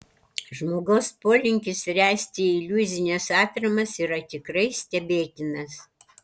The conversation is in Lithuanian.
žmogaus polinkis ręsti iliuzines atramas yra tikrai stebėtinas